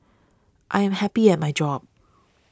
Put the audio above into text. I am happy at my job